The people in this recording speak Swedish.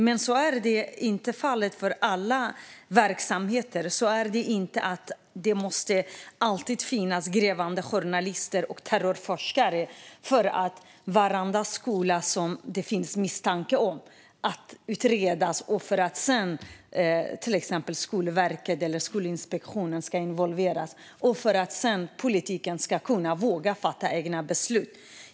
Men så är inte fallet för alla verksamheter. Det ska inte behövas grävande journalister och terrorforskare för att skolor som det finns misstanke om ska utredas. Skolverket eller Skolinspektionen ska involveras, och politiken ska sedan våga fatta egna beslut.